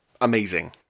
amazing